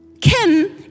Kim